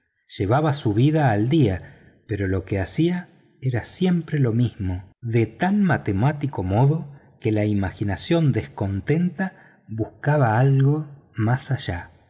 llevaba su vida al día pero lo que hacía era siempre lo mismo de tan matemático modo que la imaginación descontenta buscaba algo más allá